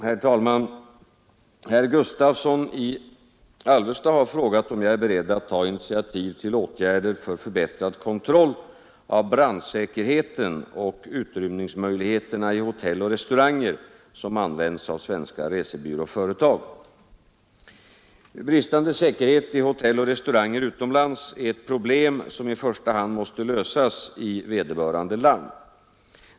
Herr talman! Herr Gustavsson i Alvesta har frågat om jag är beredd att ta initiativ till åtgärder för förbättrad kontroll av brandsäkerheten och utrymningsmöjligheterna i hotell och restauranger som används av svenska resebyråföretag. Bristande säkerhet i hotell och restauranger utomlands är ett problem som i första hand måste lösas i vederbörande land.